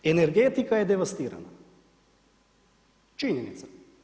Energetika je devastirana, činjenica.